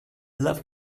love